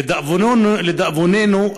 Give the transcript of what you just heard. לדאבוננו,